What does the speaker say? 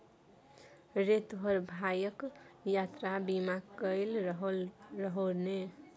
रे तोहर भायक यात्रा बीमा कएल रहौ ने?